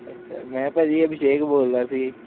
ਅੱਛਾ ਮੈਂ ਭਾਅ ਜੀ ਅਭਿਸ਼ੇਕ ਬੋਲਦਾ ਸੀ